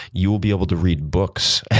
you'll be able to read books.